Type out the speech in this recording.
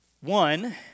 One